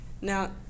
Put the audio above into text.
Now